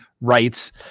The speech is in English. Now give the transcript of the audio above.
rights